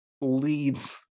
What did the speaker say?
leads